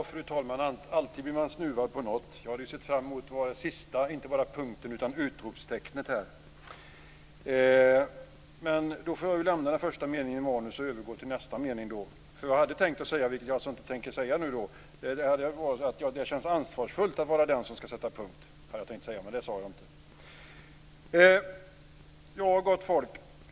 Fru talman! Alltid blir man snuvad på något. Jag hade sett fram emot att vara den sista inte bara punkten utan utropstecknet här. Jag hade tänkt säga att det känns ansvarsfullt att vara den som skall sätta punkt, men jag ser att det inte blir så.